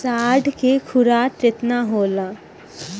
साँढ़ के खुराक केतना होला?